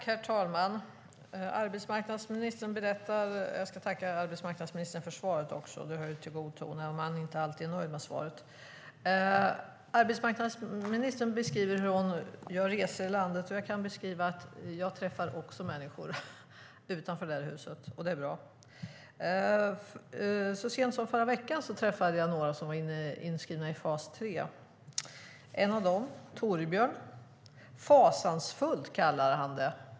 Herr talman! Jag tackar arbetsmarknadsministern för svaret. Det hör till god ton, även om man inte alltid är nöjd med svaret. Arbetsmarknadsministern beskriver hur hon gör resor i landet. Jag träffar också människor utanför det här huset, och det är bra. Så sent som förra veckan träffade jag några som var inskrivna i fas 3. En av dem, Torbjörn, kallar det fasansfullt.